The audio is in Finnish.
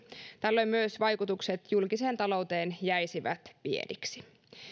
tällöin myös vaikutukset julkiseen talouteen jäisivät pieniksi riittävä rahoitus